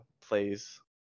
plays